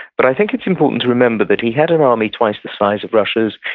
but i think it's important to remember that he had an army twice the size of russia's.